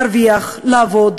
להרוויח, לעבוד,